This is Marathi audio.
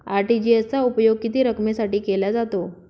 आर.टी.जी.एस चा उपयोग किती रकमेसाठी केला जातो?